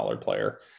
player